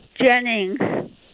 Jennings